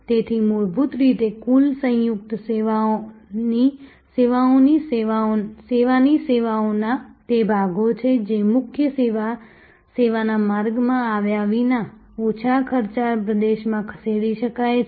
તેથી મૂળભૂત રીતે કુલ સંયુક્ત સેવાની સેવાઓના તે ભાગો છે જે મુખ્ય સેવાના માર્ગમાં આવ્યા વિના ઓછા ખર્ચવાળા પ્રદેશમાં ખસેડી શકાય છે